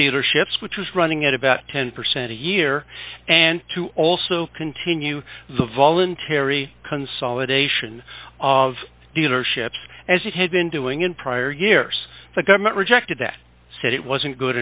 dealerships which is running at about ten percent a year and to also continue the voluntary consolidation of dealerships as it had been doing in prior years the government rejected that said it wasn't good